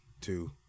Two